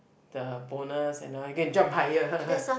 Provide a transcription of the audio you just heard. the bonus and all go and jump higher